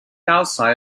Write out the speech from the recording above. outside